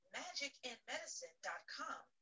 magicandmedicine.com